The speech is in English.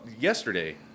yesterday